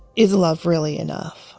is love really enough?